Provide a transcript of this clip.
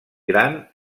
gran